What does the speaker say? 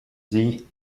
sie